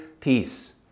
peace